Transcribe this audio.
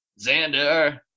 Xander